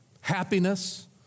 happiness